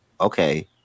okay